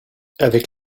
avec